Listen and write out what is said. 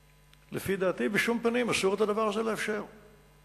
לפי דעתי בשום פנים אסור לאפשר את הדבר הזה.